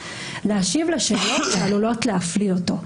להשיב לשאלות העלולות להפליל אותו.